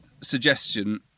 suggestion